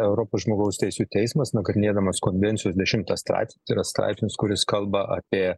europos žmogaus teisių teismas nagrinėdamas konvencijos dešimtą straipsnio tai yra straipsnis kuris kalba apie